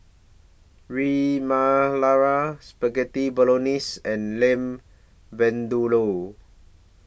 Ras Malai Spaghetti Bolognese and Lamb Vindaloo